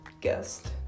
guest